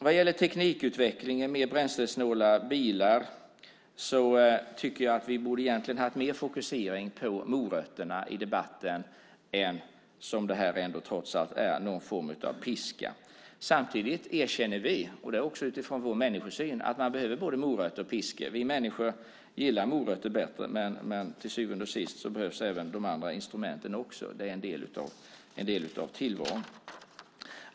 Vad gäller teknikutvecklingen med bränslesnåla bilar tycker jag att vi borde ha haft mer fokusering på morötterna i debatten än, som det här trots allt är, någon form av piska. Samtidigt erkänner vi - och det är också utifrån vår människosyn - att man behöver både morötter och piskor. Vi människor gillar morötter bättre, men till syvende och sist behövs även de andra instrumenten. Det är en del av tillvaron.